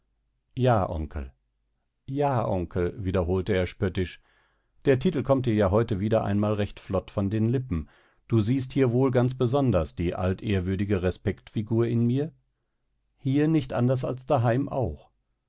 ja onkel ja onkel wiederholte er spöttisch der titel kommt dir ja heute wieder einmal recht flott von den lippen du siehst hier wohl ganz besonders die altehrwürdige respektfigur in mir hier nicht anders als daheim auch